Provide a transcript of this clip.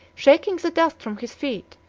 shaking the dust from his feet,